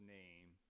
name